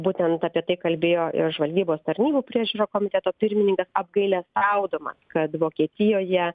būtent apie tai kalbėjo ir žvalgybos tarnybų priežiūro komiteto pirmininkas apgailestaudamas kad vokietijoje